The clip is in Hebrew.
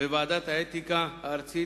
וועדת האתיקה הארצית,